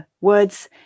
words